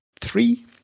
three